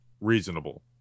reasonable